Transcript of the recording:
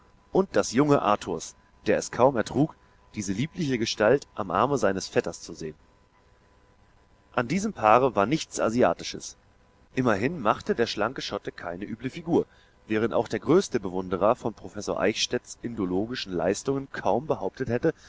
und das junge arthurs der es kaum ertrug diese liebliche gestalt am arme seines vetters zu sehen an diesem paare war nichts asiatisches immerhin machte der schlanke schotte keine üble figur evening dress während auch der größte bewunderer von professor eichstädts indologischen leistungen kaum behauptet hätte